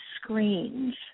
screens